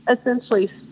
essentially